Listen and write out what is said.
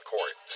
Court